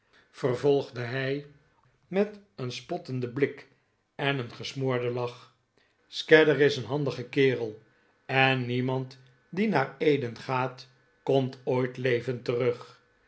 vervolgde hij met een spottenden blik en een gesmoorden lach scadder is een hanop weg naar eden dige kerel en en niemand die naar eden gaat komt ooit levend terug